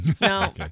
No